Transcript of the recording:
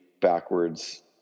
backwards